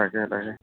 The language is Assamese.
তাকে তাকে